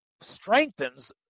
strengthens